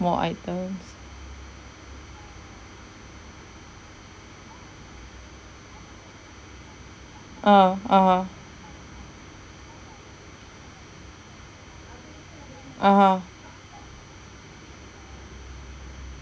small items uh (uh huh) (uh huh)